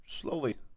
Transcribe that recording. slowly